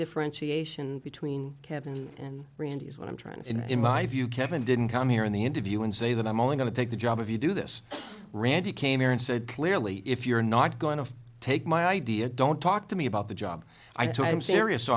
differentiation between kevin and randy is what i'm trying to do in my view kevin didn't come here in the interview and say that i'm only going to take the job if you do this randy came here and said clearly if you're not going to take my idea don't talk to me about the job i took i'm serious